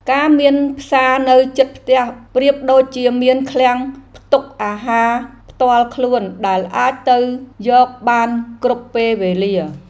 ការមានផ្សារនៅជិតផ្ទះប្រៀបដូចជាមានឃ្លាំងផ្ទុកអាហារផ្ទាល់ខ្លួនដែលអាចទៅយកបានគ្រប់ពេលវេលា។